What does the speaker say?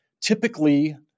Typically